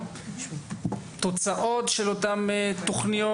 תוצאות של אותן תוכניות?